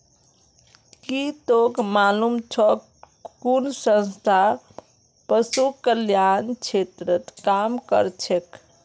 की तोक मालूम छोक कुन संस्था पशु कल्याण क्षेत्रत काम करछेक